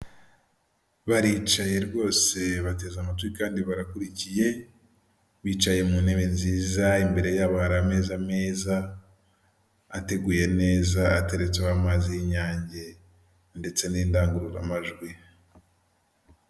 Baricaye rwose, bateze amatwi kandi barakurikiye, bicaye mu ntebe nziza, imbere yabo hari ameza meza, ateguye neza, ateretseho amazi y'inyange ndetse n'indangururamajwi.